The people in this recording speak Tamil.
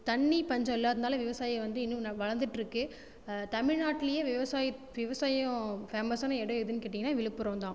தண்ணி பஞ்சம் இல்லாததுனால் விவசாயம் வந்து இன்னும் ந வளர்ந்துட்ருக்கு தமிழ்நாட்லேயே விவசாயி விவசாயம் ஃபேமஸ்ஸான இடம் எதுன்னு கேட்டீங்கன்னா விழுப்புரம் தான்